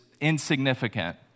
insignificant